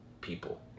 people